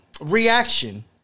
reaction